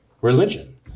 religion